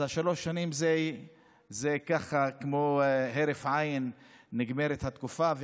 בשלוש שנים כהרף עין נגמרת התקופה,